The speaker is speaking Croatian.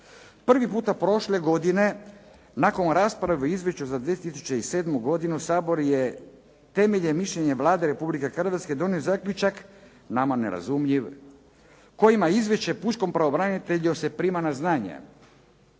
Prvi puta prošle godine nakon rasprave o Izvješću za 2007. godinu Sabor je temeljem mišljenja Vlade Republike Hrvatske donio zaključak, nama nerazumljiv, kojim izvješće pučkog pravobranitelja se prima na znanje.